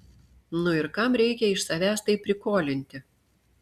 nu ir kam reikia iš savęs taip prikolinti